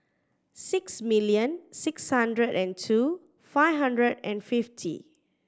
six million six hundred and two five hundred and fifty